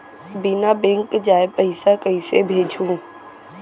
बिना बैंक जाये पइसा कइसे भेजहूँ?